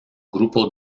grupo